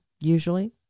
usually